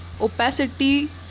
opacity